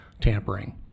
tampering